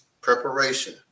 preparation